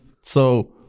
So-